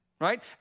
right